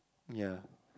ya